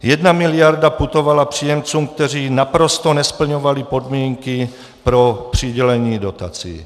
Jedna miliarda putovala příjemcům, kteří naprosto nesplňovali podmínky pro přidělení dotací.